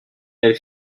elle